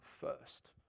first